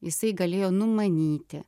jisai galėjo numanyti